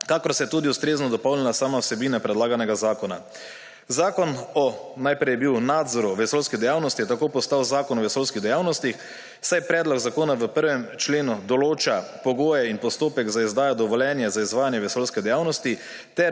kakor se je tudi ustrezno dopolnila sama vsebina predlaganega zakona. Zakon je najprej bil o nadzoru vesoljske dejavnosti in je tako postal Zakon o vesoljski dejavnostih, saj predlog zakona v 1. členu določa pogoje in postopek za izdajo dovoljenja za izvajanje vesoljske dejavnosti